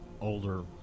older